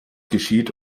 geschieht